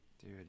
Dude